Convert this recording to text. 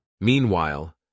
Meanwhile